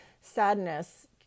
sadness